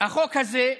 החוק הזה,